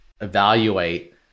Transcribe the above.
evaluate